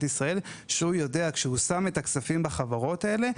ישראל לדעת שכשהוא שם את הכספים בחברות האלה,